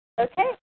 Okay